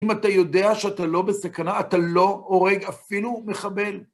אם אתה יודע שאתה לא בסכנה, אתה לא הורג אפילו מחבל.